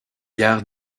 gare